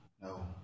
No